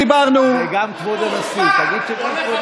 תרד למטה.